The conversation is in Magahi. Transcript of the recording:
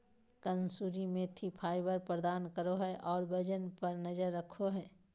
कसूरी मेथी फाइबर प्रदान करो हइ और वजन पर नजर रखो हइ